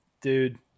Dude